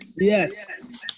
Yes